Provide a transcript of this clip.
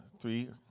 three